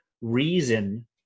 reason